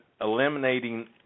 eliminating